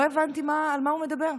לא הבנתי על מה הוא מדבר.